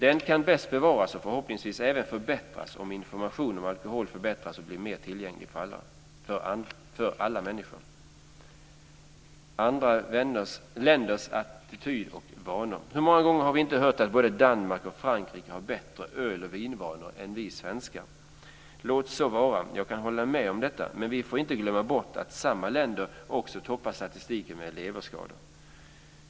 Den kan bäst bevaras och förhoppningsvis även förbättras om informationen om alkohol förbättras och blir mer tillgänglig för alla människor. Vad gäller andra länders attityder och vanor vill jag säga följande. Hur många gånger har vi inte hört att man både i Danmark och Frankrike har bättre öloch vinvanor än vi svenskar? Må så vara - jag kan hålla med om detta - men vi får inte glömma bort att samma länder också toppar statistiken vad gäller leverskador.